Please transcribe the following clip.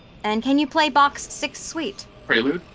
and can you play bach's sixth suite? prelude?